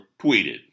tweeted